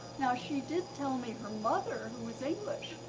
now, she did tell me her mother, who was english,